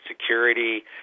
security